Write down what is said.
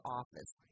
office